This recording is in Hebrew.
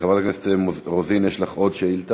חברת הכנסת רוזין, יש לך עוד שאילתה,